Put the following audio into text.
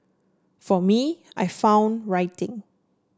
for me I found writing